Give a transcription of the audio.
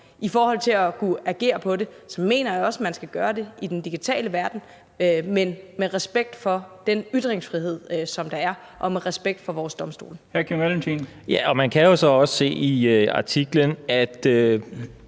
i forhold til at kunne agere på det, skal gøre det i den digitale verden, men med respekt for den ytringsfrihed, som der er, og med respekt for vores domstole. Kl. 16:11 Den fg. formand (Bent